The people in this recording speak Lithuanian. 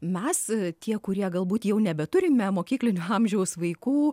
mes tie kurie galbūt jau nebeturime mokyklinio amžiaus vaikų